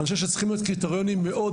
אני חושב שצריכים להיות קריטריונים מאוד